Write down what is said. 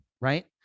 right